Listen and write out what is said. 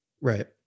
Right